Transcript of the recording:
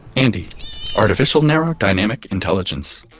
andi artificial narrow dynamic intelligence.